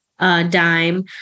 Dime